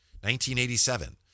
1987